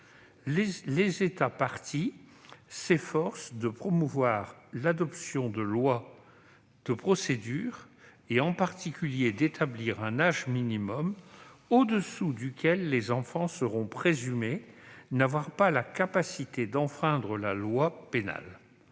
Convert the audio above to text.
les États parties s'efforcent de promouvoir l'adoption de lois, de procédures, [...], et en particulier d'établir un âge minimum au-dessous duquel les enfants seront présumés n'avoir pas la capacité d'enfreindre la loi pénale